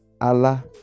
Allah